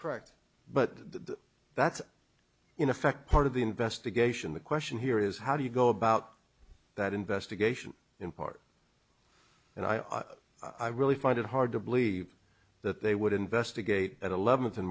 the that's in effect part of the investigation the question here is how do you go about that investigation in part and i i really find it hard to believe that they would investigate at eleventh and